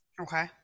Okay